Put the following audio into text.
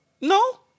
No